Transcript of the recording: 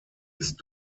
ist